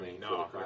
No